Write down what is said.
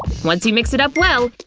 once you mix it up well,